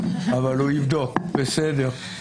אבל הוא יבדוק בסדר,